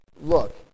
look